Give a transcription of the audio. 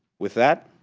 with that,